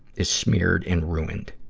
is smeared and ruined.